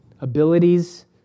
abilities